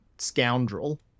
scoundrel